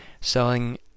selling